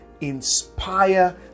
inspire